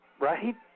Right